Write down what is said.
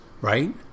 Right